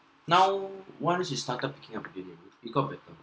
now once it started picking up again it got better